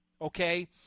okay